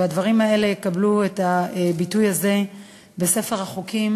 והדברים האלה יקבלו ביטוי בספר החוקים